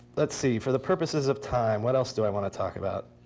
let's see. for the purposes of time, what else do i want to talk about?